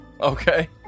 Okay